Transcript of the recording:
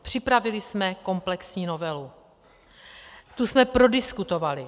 Připravili jsme komplexní novelu, tu jsme prodiskutovali.